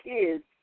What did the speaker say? kids